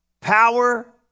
Power